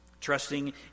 trusting